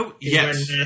Yes